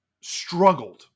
struggled